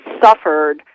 suffered